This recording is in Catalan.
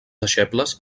deixebles